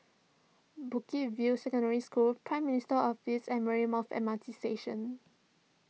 Bukit View Secondary School Prime Minister's Office and Marymount M R T Station